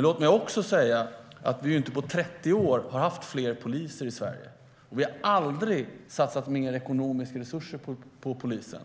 Låt mig också säga att vi inte haft så här många poliser i Sverige på 30 år. Vi har aldrig satsat mer ekonomiska resurser på polisen.